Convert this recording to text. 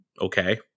okay